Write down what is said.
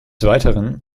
weiteren